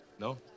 No